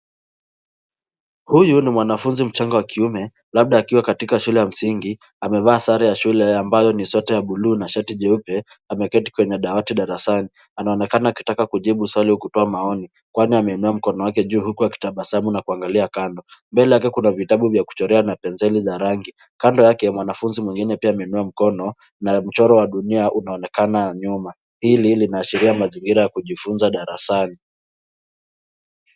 Huyu ni mwanafunzi mchanga wa kiume labda akiwa katika shule ya msingi amevaa sare ya shule ambayo ni sweta ya buluu na shati jeupe ame keti kwenye dawati darasani ana onekana akitaka kujibu swali kutoa maoni kwani ame inua mkono wake juu huku akitabasamu na kuangalia kando . Mbele yake kuna vitabu vya kuchorea na penseli za rangi , kando yake mwanafunzi mwingine pia ame inua mkono na mchoro wa dunia unaonekana nyuma. Hili lina ashiria mazingira ya kujifunza darasani.